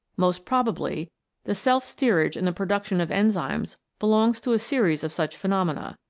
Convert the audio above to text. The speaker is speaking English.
most probably the self-steerage in the production of enzymes belongs to a series of such phenomena.